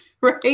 Right